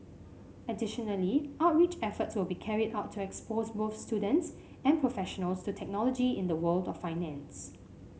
additionally outreach efforts will be carried out to expose both students and professionals to technology in the world of finance